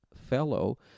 fellow